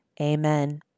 amen